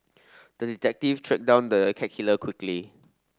the detective tracked down the cat killer quickly